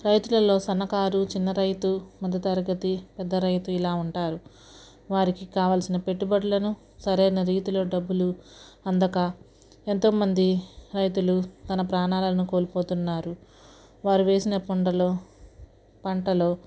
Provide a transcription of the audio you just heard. రైతులల్లో సన్నకారు చిన్న రైతు మధ్య తరగతి పెద్ద రైతు ఇలా ఉంటారు వారికి కావలసిన పెట్టుబడులను సరైన రీతిలో డబ్బులు అందక ఎంతో మంది రైతులు తన ప్రాణాలను కోల్పోతున్నారు వారు వేసిన పంటలో పంటలో